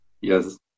Yes